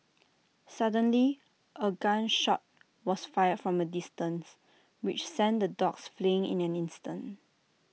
suddenly A gun shot was fired from A distance which sent the dogs fleeing in an instant